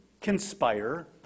conspire